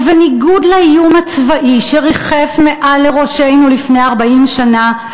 ובניגוד לאיום הצבאי שריחף מעל לראשנו לפני 40 שנה,